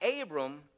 Abram